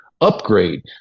upgrade